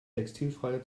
textilfreie